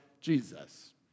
Jesus